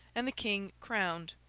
and the king crowned,